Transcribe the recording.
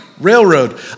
Railroad